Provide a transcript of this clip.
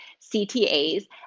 CTAs